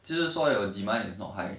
就是说 your demand is not high